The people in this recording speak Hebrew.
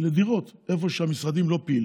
לדירות במקומות שהמשרדים לא פעילים.